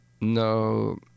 no